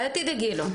אל תדאגי לו.